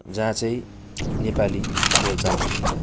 जहाँ चाहिँ नेपाली बोलचाल गरिन्छ